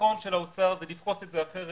נכון שלאוצר זה לפרוס את זה אחרת,